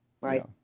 right